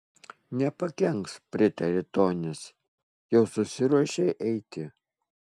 nepakenks pritarė tonis jau susiruošei eiti